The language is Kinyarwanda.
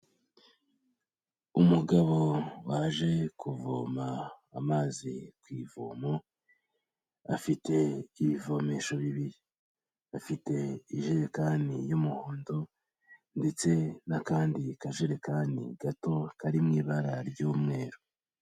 Umugabo waje kuvoma amazi ku ivomo, afite ibivomesho bibiri, afite ijerekani y'umuhondo ndetse n'akandi kajerekani gato kari mu ibara ry'umweru.